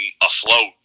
afloat